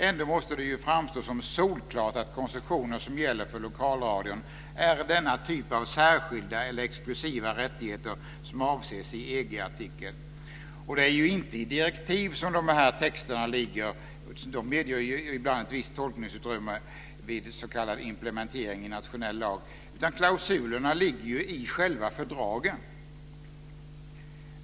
Ändå måste det ju framstå som solklart att koncessioner som gäller för lokalradion är den typ av särskilda eller exklusiva rättigheter som avses i EG-artikeln. Och det är inte i direktiv som dessa texter ligger - de medger ju ibland ett visst tolkningsutrymme vid s.k. implementering i nationell lag. Klausulerna ligger ju i själva fördragen! Fru talman!